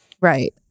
Right